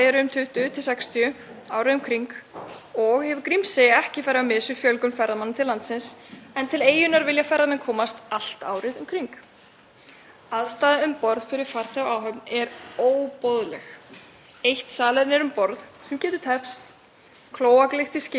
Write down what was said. Aðstaðan um borð fyrir farþega og áhöfn er óboðleg. Eitt salerni er um borð sem getur teppst, klóaklykt í skipinu sem magnast í slæmu veðri og ryð sem hefur nánast eyðilagt landfestar. Það er nauðsynlegt að sýna íbúum þá virðingu að hafa almennilegt skip.